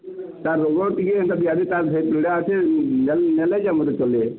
ତା'ର୍ ରୋଗ ଟିକେ ଯଦି ତା'ର୍ ନେଲେ ଯାଇ ମତେ ଚଲେ